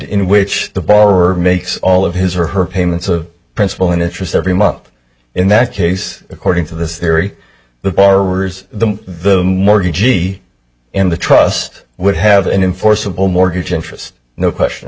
in which the borrower makes all of his or her payments of principal and interest every month in that case according to the theory the bar were the mortgage and the trust would have been in forcible mortgage interest no question